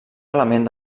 element